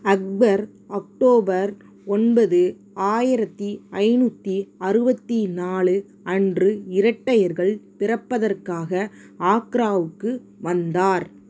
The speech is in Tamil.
அக்பர் அக்டோபர் ஒன்பது ஆயிரத்து ஐந்நூற்றி அறுபத்தி நாலு அன்று இரட்டையர்கள் பிறப்பதற்காக ஆக்ராவுக்கு வந்தார்